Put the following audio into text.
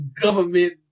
government